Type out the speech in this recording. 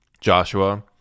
Joshua